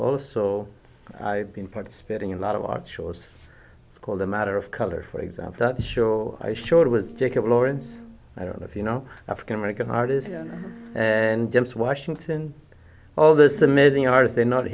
also i've been participating in a lot of our choice it's called the matter of color for example the show i showed was jacob lawrence i don't know if you know african american artists and james washington all this amazing artist they're not